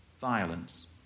violence